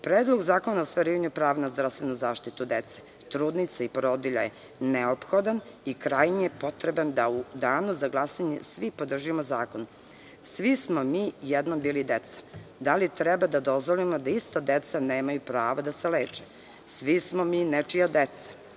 zakona o ostvarivanju prava na zdravstvenu zaštitu dece, trudnica i porodilja je neophodan i krajnje potreban da u danu za glasanje svi podržimo zakon. Svi smo mi jednom bili deca. Da li treba da dozvolimo da ista deca nemaju pravo da se leče? Svi smo mi nečija deca.